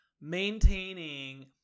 maintaining